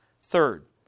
Third